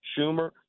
Schumer